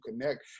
connect